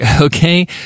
Okay